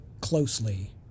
closely